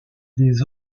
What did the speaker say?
des